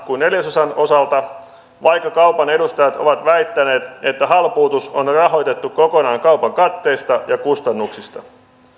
kuin neljäsosan osalta vaikka kaupan edustajat ovat väittäneet että halpuutus on rahoitettu kokonaan kaupan katteista ja kustannuksista